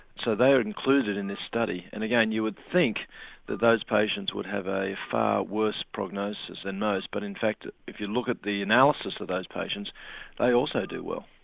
so they are included in this study and again you would think that those patients would have a far worse prognosis than most but in fact if you look at the analysis of those patients they also do well.